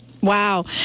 Wow